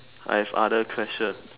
I've other questions